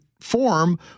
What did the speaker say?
form